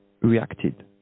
reacted